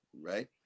right